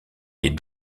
les